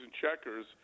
checkers